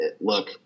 Look